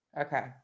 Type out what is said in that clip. Okay